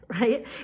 right